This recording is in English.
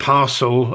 Parcel